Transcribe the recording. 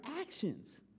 actions